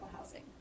housing